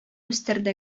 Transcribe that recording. үстердек